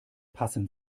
passen